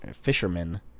fishermen